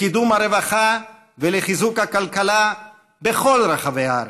לקידום הרווחה ולחיזוק הכלכלה בכל רחבי הארץ.